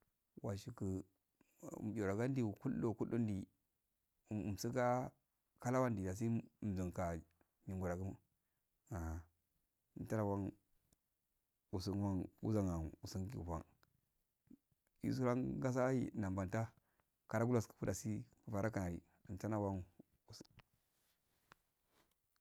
Washiku mibirogandio kuldo- kuldondi um dsuga kalawandi dasi mdunka nyingura gumo ah mturawan usunwan uzanwan usnngifan isuran gasaya i nanban ta karagulak fudasi vara kanadi untana wan usk.